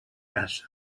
caça